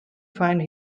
find